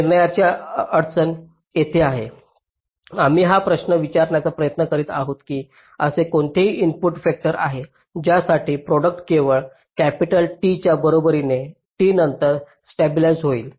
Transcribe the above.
निर्णयाची अडचण येथे आहे आम्ही हा प्रश्न विचारण्याचा प्रयत्न करीत आहोत की असे कोणतेही इनपुट वेक्टर आहेत ज्यासाठी प्रॉडक्ट केवळ कॅपिटल T च्या बरोबरी t नंतर स्टॅबिलिज्ड होईल